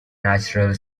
natural